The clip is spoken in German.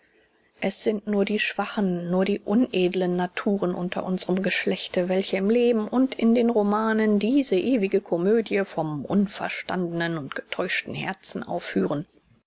es sind nur die schwachen nur die unedlen naturen unter unserem geschlechte welche im leben und in den romanen diese ewige komödie vom unverstandenen und getäuschten herzen aufführen